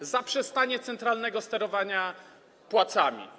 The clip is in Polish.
To zaprzestanie centralnego sterowania płacami.